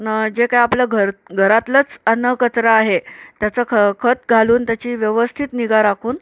न जे काय आपलं घर घरातलंच अन्न कचरा आहे त्याचं ख खत घालून त्याची व्यवस्थित निगा राखून